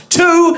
two